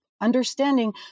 understanding